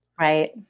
Right